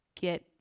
get